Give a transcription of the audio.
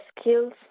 skills